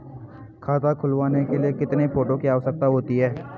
खाता खुलवाने के लिए कितने फोटो की आवश्यकता होती है?